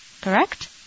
Correct